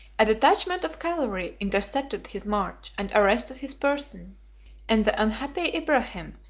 a detachment of cavalry intercepted his march and arrested his person and the unhappy ibrahim,